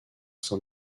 sein